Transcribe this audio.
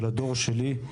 של הדור שלי,